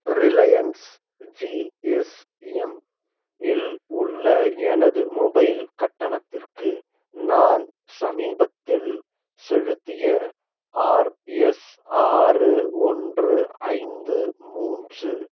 Reliance GSM இல் உள்ள எனது மொபைல் கட்டணத்திற்கு நான் சமீபத்தில் செலுத்திய ஆர்எஸ் ஆறு ஒன்று ஐந்து மூன்று